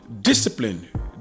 Discipline